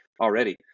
already